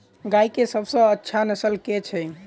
गाय केँ सबसँ अच्छा नस्ल केँ छैय?